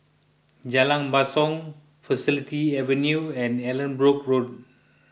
Jalan Basong Faculty Avenue and Allanbrooke Road